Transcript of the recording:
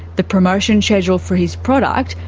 the promotion schedule for his product,